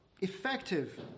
effective